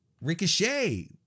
Ricochet